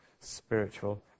spiritual